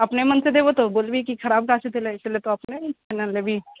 अपने मोन से देबहो तऽ बोलभी कि खराब गाछ तोरा छलो तऽ अपने से ने लेबही